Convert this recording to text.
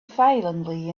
violently